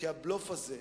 כי הבלוף הזה,